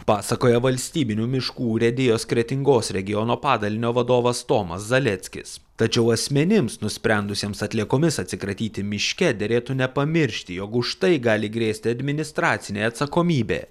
pasakoja valstybinių miškų urėdijos kretingos regiono padalinio vadovas tomas zaleckis tačiau asmenims nusprendusiems atliekomis atsikratyti miške derėtų nepamiršti jog už tai gali grėsti administracinė atsakomybė